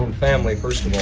family, first of all,